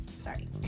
sorry